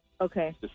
okay